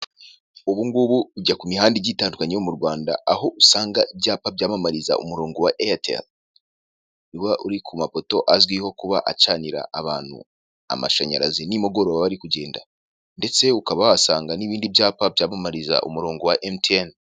Ubugubu ujya ku mihanda igitandukanye yo mu Rwanda aho usanga ibyapa byamamariza umurongo wa eyateri, uba uri ku mafoto azwiho kuba acanira abantu amashanyarazi nimugoroba bari kugenda, ndetse ukaba wahasanga n'ibindi byapa byamamariza umurongo wa emutiyene.